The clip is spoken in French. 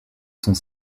sont